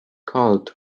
called